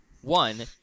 one